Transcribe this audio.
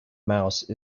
mouse